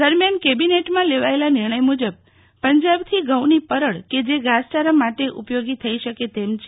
દરમિયાન કેબિનેટમાં લેવાયેલા નિર્ણય મજબ પંજાબથી ઘઉંની પરળ કે જે ઘાસચારા માટે ઉપયોગી થઈ શકે તેમ છે